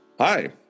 Hi